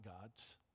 God's